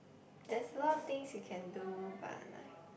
there's a lot of things you can do but like